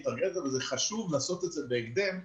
חשוב לעשות את זה בהקדם,